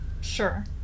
Sure